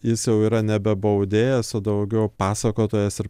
jis jau yra nebe baudėjas o daugiau pasakotojas ir